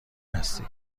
هستی